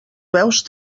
peus